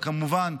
וכמובן,